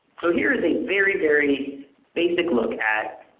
so here is a very, very basic look at